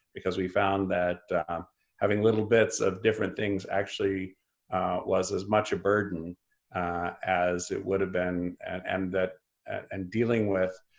because we found that having little bits of different things actually was as much a burden as it would have been and and and dealing with